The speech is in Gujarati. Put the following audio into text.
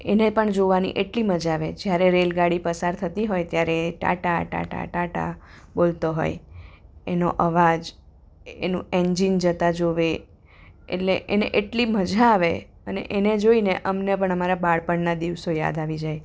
એને પણ જોવાની એટલી મજા આવે જ્યારે રેલ ગાડી પસાર થતી હોય ત્યારે એ ટાટા ટાટા ટાટા બોલતો હોય એનો અવાજ એનું એન્જિન જતા જુએ એટલે એને એટલી મજા આવે અને એને જોઈને અમને પણ અમારાં બાળપણના દિવસો યાદ આવી જાય